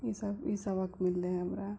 ई सबक ई सबक मिललै हमरा